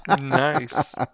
Nice